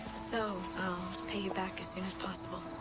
so, i'll pay you back as soon as possible.